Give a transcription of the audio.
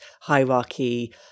hierarchy